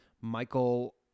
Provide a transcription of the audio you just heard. Michael